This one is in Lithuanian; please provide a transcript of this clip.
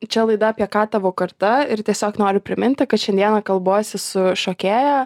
čia laida apie ką tavo karta ir tiesiog noriu priminti kad šiandieną kalbuosi su šokėja